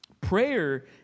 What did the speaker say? Prayer